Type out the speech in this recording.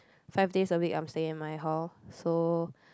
five days a week I'm staying at my hall so